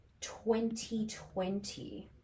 2020